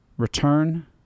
Return